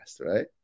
right